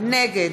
נגד